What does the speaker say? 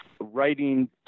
writing